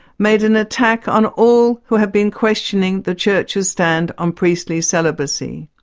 made an attack on all who have been questioning the church's stand on priestly celibacy.